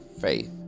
faith